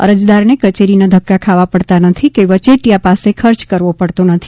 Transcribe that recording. અરજદારને કચેરીના ધક્કા ખાવા પડતા નથી કે વચેટીયા પાસે ખર્ચ કરવો પડતો નથી